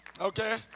Okay